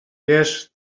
wiesz